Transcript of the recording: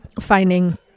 finding